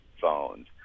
phones